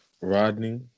Rodney